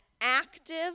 active